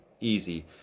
easy